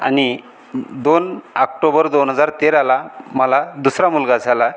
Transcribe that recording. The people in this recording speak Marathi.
आणि दोन आक्टोबर दोन हजार तेराला मला दुसरा मुलगा झाला